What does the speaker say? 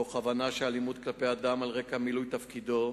תוך הבנה שאלימות כלפי אדם על רקע מילוי תפקידו